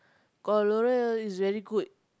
got L'oreal is very good